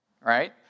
Right